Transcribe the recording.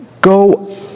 Go